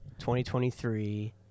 2023